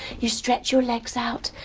you stretch your legs out,